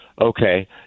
Okay